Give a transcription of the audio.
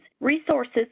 resources